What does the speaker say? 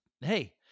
Hey